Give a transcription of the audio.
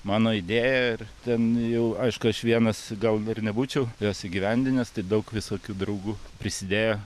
mano idėja ir ten jau aišku aš vienas gal ir nebūčiau jos įgyvendinęs tai daug visokių draugų prisidėjo